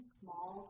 small